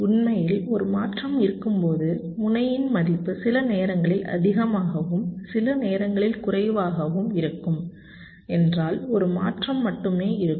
உண்மையில் ஒரு மாற்றம் இருக்கும்போது முனையின் மதிப்பு சில நேரங்களில் அதிகமாகவும் சில நேரங்களில் குறைவாகவும் இருக்கும் என்றால் ஒரு மாற்றம் மட்டுமே இருக்கும்